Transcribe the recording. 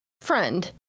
friend